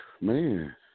man